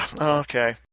Okay